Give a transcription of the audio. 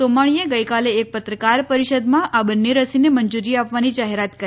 સોમાણીએ ગઈકાલે એક પત્રકાર પરીષદમાં આ બંને રસીને મંજુરી આપવાની જાહેરાત કરી